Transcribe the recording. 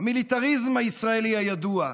המיליטריזם הישראלי הידוע,